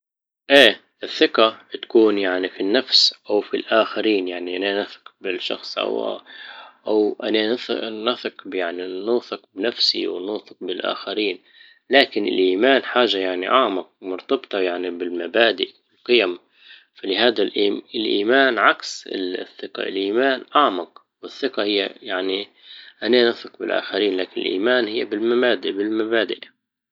اه الثقة تكون يعني في النفس او في الاخرين يعني اننا نثق بالشخص او او اننا نثق يعني نثق بنفسي ونثق بالاخرين لكن الايمان حاجة يعني اعمق ومرتبطة يعني بالمبادئ والقيم فلهذا عكس الايمان اعمق والثقة هي يعني ايه اننا نثق بالاخرين لكن الايمان هي بالمبادئ- بالمبادئ